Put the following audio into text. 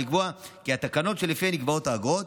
ולקבוע כי התקנות שלפיהן נקבעות האגרות